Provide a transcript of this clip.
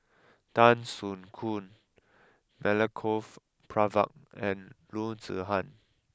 Tan Soo Khoon Milenko Prvacki and Loo Zihan